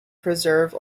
preserve